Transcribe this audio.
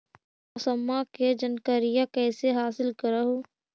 मौसमा के जनकरिया कैसे हासिल कर हू?